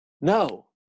No